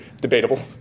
debatable